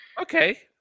Okay